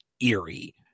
eerie